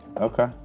Okay